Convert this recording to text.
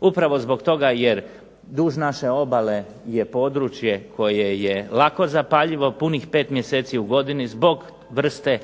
upravo zbog toga jer duž naše obale je područje koje je lako zapaljivo punih 5 mjeseci u godini zbog vrste